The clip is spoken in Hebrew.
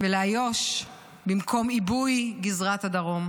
ולאיו"ש במקום עיבוי גזרת הדרום,